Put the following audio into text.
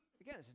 Again